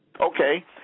Okay